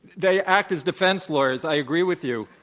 they act as defense lawyers. i agree with you.